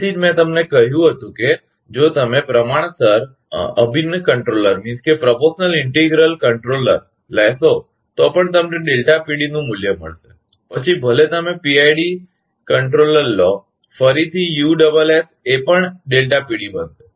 તેથી જ મેં તમને કહ્યું હતું કે જો તમે પ્રમાણસર અભિન્ન કન્ટ્રોલરપ્ર્પોશનલ ઇન્ટિગ્રલ કંટ્રોલર લેશો તો પણ તમને મૂલ્ય મળશે પછી ભલે તમે પીઆઈડી નિયંત્રકકંટ્રોલર લો ફરીથી USS એ પણ બનશે